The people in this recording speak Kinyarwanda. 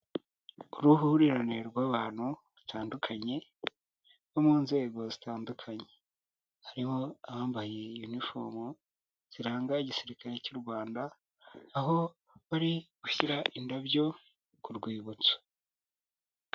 Ku ruhurirane rw'abantu batandukanye bo mu nzego zitandukanye, hariho abambaye yunifomu ziranga igisirikare cy'u Rwanda, aho bari gushyira indabyo ku rwibutso.